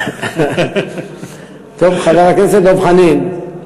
חבר הכנסת דב חנין,